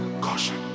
Caution